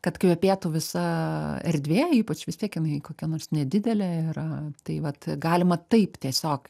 kad kvepėtų visa erdvė ypač vis tiek jinai kokia nors nedidelė yra tai vat galima taip tiesiog